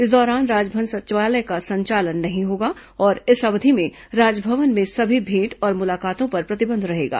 इस दौरान राजभवन सचिवालय का संचालन नहीं होगा और इस अवधि में राजभवन में सभी भेंट और मुलाकातों पर प्रतिबंध रहेगा